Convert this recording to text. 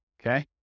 Okay